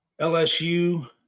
LSU